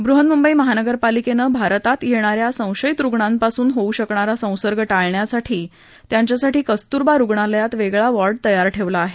बृहन्मुंबई महानगरपालिकेनं भारतात येणाऱ्या संशयित रुग्णांपासून होऊ शकणारा संसर्ग ळिण्यासाठी या रुग्णांकरता कस्तुरबा रुग्णालयात वेगळा वॉर्ड तयार ठेवला आहे